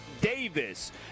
Davis